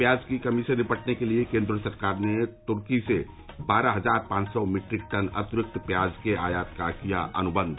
प्याज की कमी से निपटने के लिए केन्द्र सरकार ने तुर्की से बारह हजार पांच सौ मीट्रिक टन अतिरिक्त प्याज के आयात का किया अनुबंध